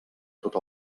tot